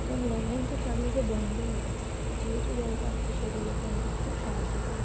এবং ল্যান্ডলাইন তো চারিদিকে বন্ধ হয়ে গেছে কিছু কিছু জায়গা আছে সেগুলোকে অন্তত সাহায্য করুন